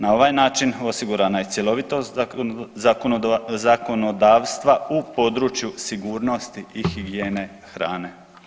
Na ovaj način osigurana je cjelovitost zakonodavstva u području sigurnosti i higijene hrane.